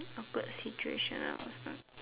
awkward situation I was stuck